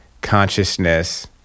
consciousness